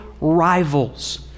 rivals